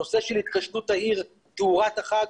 הנושא של התקשטות העיר ותאורת החג,